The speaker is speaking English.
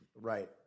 Right